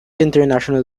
international